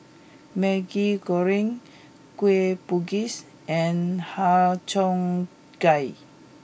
Maggi Goreng Kueh Bugis and Har Cheong Gai